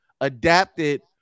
adapted